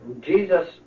Jesus